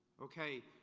okay,